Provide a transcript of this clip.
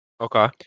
Okay